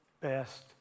best